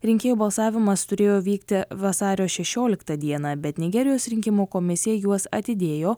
rinkėjo balsavimas turėjo vykti vasario šešioliktą dieną bet nigerijos rinkimų komisija juos atidėjo